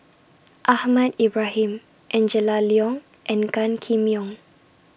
Ahmad Ibrahim and Angela Liong and Gan Kim Yong